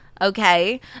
okay